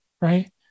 right